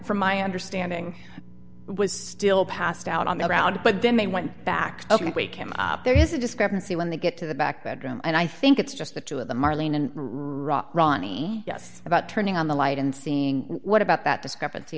from my understanding was still passed out on the ground but then they went back to wake him up there is a discrepancy when they get to the back bedroom and i think it's just the two of them arlene and ronnie yes about turning on the light and seeing what about that discrepancy